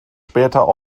später